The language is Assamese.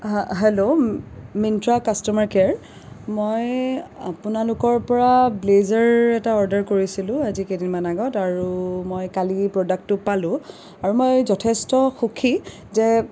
হেল্ল' মিনট্ৰা কাষ্টমাৰ কেয়াৰ মই আপোনালোকৰ পৰা ব্লেজাৰ এটা অৰ্ডাৰ কৰিছিলোঁ আজি কেইদিনমান আগত আৰু মই কালি প্ৰডাক্টটো পালোঁ আৰু মই যথেষ্ট সুখী যে